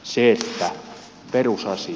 mutta perusasia